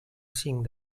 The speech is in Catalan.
cinc